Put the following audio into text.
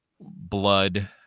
blood